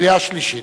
קריאה שלישית.